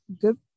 good